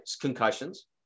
concussions